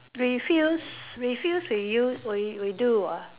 refuse refuse reuse re~ redo ah